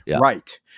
Right